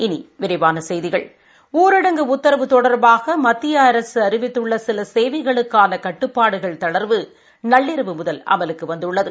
இனி விரிவான செய்திகள் ஊரடங்கு உத்தரவு தொடர்பாக மத்திய அரசு அறிவித்துள்ள சில சேவைகளுக்கான கட்டுப்பாடுகள் தளா்வு நள்ளிரவு முதல் அமலுக்கு வந்துள்ளது